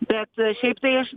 bet šiaip tai aš